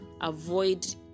avoid